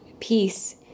Peace